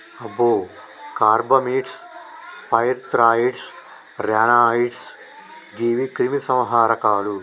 అబ్బో carbamates, pyrethroids, ryanoids గీవి క్రిమి సంహారకాలు